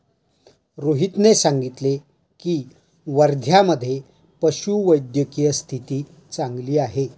रोहितने सांगितले की, वर्ध्यामधे पशुवैद्यकीय स्थिती चांगली आहे